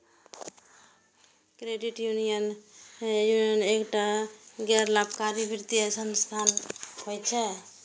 credit union एकटा गैर लाभकारी वित्तीय संस्थान होइ छै